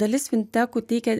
dalis fintekų teikia